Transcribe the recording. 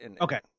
Okay